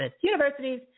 universities